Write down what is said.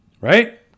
Right